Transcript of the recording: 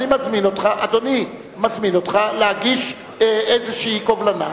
אדוני מזמין אותך להגיש איזושהי קובלנה,